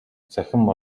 цахим